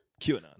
QAnon